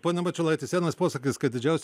pone mačiulaiti senas posakis kad didžiausi